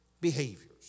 behaviors